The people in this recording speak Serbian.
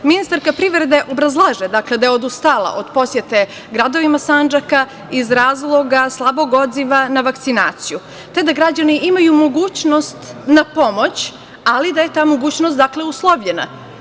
Ministarka privrede obrazlaže da je odustala od posete gradovima Sandžaka iz razloga slabog odziva na vakcinaciju, te da građani imaju mogućnost na pomoć, ali da je ta mogućnost uslovljena.